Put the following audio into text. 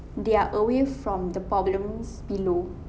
they are away from the problems below